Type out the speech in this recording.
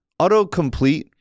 autocomplete